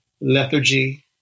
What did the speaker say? lethargy